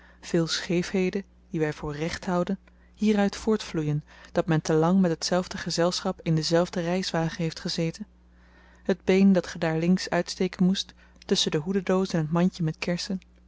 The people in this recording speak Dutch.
veel scheefheden die wy voor recht houden hieruit voortvloeien dat men te lang met hetzelfde gezelschap in denzelfden reiswagen heeft gezeten het been dat ge daar links uitsteken moest tusschen de hoededoos en t mandje met kersen